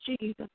Jesus